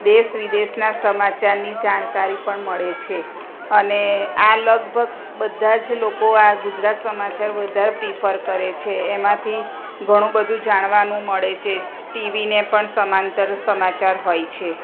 દેશ વિદેશના સમાચારની જાણકારી પણ મળે છે અને આ લગભગ બધા જ લોકો આ ગુજરાત સમાચાર વધારે પ્રીફર કરે છે એમાંથી ઘણું બધું જાણવાનું મળે છે ટીવીને પણ સમાંતર સમાચાર હોય છે